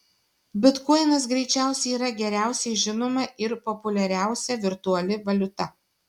bitkoinas greičiausiai yra geriausiai žinoma ir populiariausia virtuali valiuta